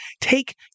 take